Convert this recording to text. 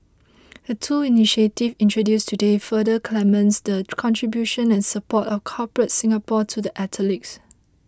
the two initiatives introduced today further cements the contribution and support of Corporate Singapore to the athletes